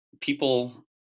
people